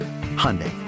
Hyundai